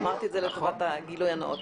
אמרתי את זה לטובת הגילוי הנאות.